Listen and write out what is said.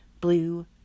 blue